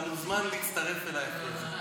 אתה מוזמן להצטרף אליי אחרי זה.